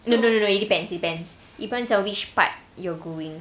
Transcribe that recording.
no no no no it depends it depends depends on which part you're going